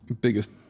biggest